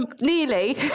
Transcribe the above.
Nearly